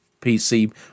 PC